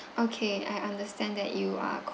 okay I understand that you are